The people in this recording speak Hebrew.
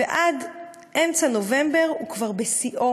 ועד אמצע נובמבר היא כבר בשיאה,